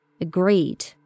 agreed